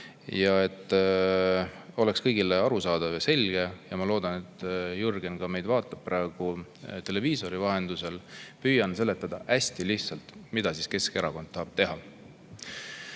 Et oleks kõigile arusaadav ja selge – ma loodan, et Jürgen vaatab meid praegu televiisori vahendusel –, püüan seletada hästi lihtsalt, mida Keskerakond tahab teha.